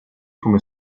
come